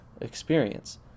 experience